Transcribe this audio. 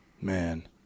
Man